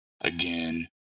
again